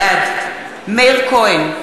בעד מאיר כהן,